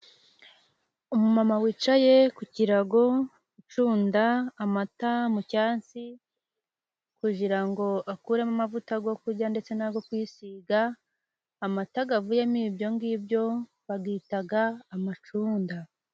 Umumama wicaye ku kirago ucunda amata mu cyansi, kugira ngo akuremo amavuta yo kurya ndetse n'ayo kwisiga, amata avuyemo ibyo ngibyo bayita amacunda.